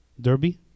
Derby